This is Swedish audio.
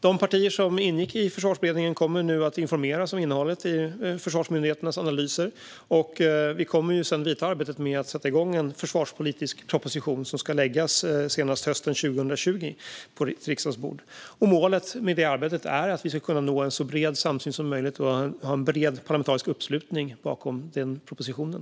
De partier som ingick i Försvarsberedningen kommer nu att informeras om innehållet i försvarsmyndigheternas analyser. Vi kommer sedan att påbörja arbetet med att ta fram en försvarspolitisk proposition som ska läggas på riksdagens bord senast hösten 2020. Målet med det arbetet är att nå så bred samsyn som möjligt och ha bred parlamentarisk uppslutning bakom propositionen.